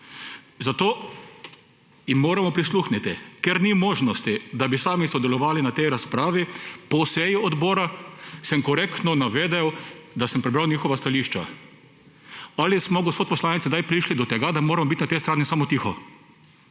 Zato jim moramo prisluhniti, ker ni možnosti, da bi sami sodelovali na tej razpravi. Po seji odbora sem korektno navedel, da sem prebral njihova stališča. Ali smo, gospod poslanec, zdaj prišli do tega, da moramo biti na tej strani samo tiho?